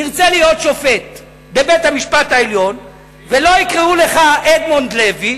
תרצה להיות שופט בבית-המשפט העליון ולא יקראו לך אדמונד לוי,